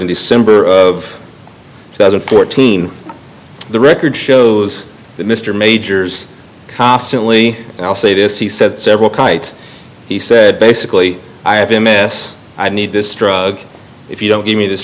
in december of two thousand and fourteen the record shows that mr majors constantly i'll say this he said several kite he said basically i have a mess i need this drug if you don't give me this